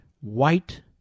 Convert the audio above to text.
white